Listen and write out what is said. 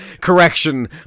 Correction